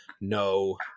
no